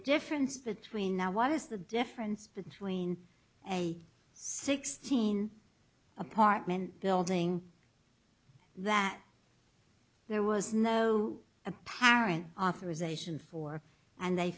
difference between now what is the difference between a sixteen apartment building that there was no apparent authorization for and they